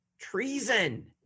Treason